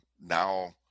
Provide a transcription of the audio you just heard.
now